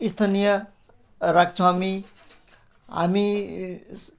स्थानीय राख्छौँ हामी हामी